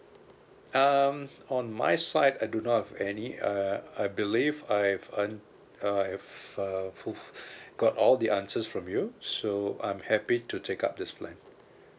um on my side I do not have any uh I believe I've earned I've uh ful~ got all the answers from you so I'm happy to take up this plan